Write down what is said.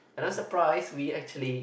and I'm surprise we actually